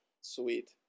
Sweet